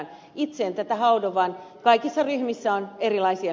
itse en tätä haudo vaan kaikissa ryhmissä on erilaisia